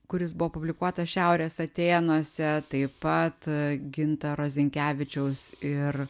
kuris buvo publikuotas šiaurės atėnuose taip pat gintaro zinkevičiaus ir